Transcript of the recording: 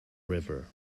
river